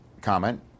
comment